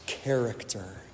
character